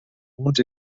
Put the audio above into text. punts